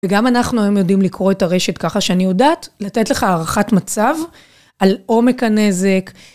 וגם אנחנו היום יודעים לקרוא את הרשת ככה שאני יודעת, לתת לך הערכת מצב על עומק הנזק.